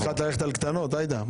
החלטת ללכת על קטנות, עאידה?